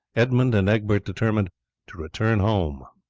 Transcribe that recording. edmund and egbert determined to return home.